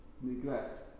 neglect